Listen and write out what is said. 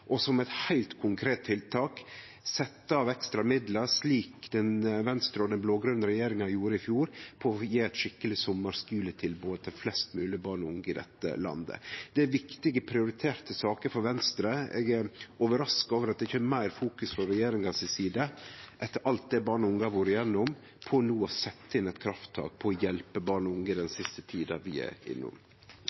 og som eit heilt konkret tiltak setje av ekstra midlar, slik Venstre og den blå-grøne regjeringa gjorde i fjor, til å gje eit skikkeleg sommarskuletilbod til flest mogleg barn og unge i dette landet. Det er viktige, prioriterte saker for Venstre. Etter alt det barn og unge har vore gjennom, er eg overraska over at regjeringa ikkje fokuserer meir på no å setje inn eit krafttak for å hjelpe barn og unge i den siste tida vi er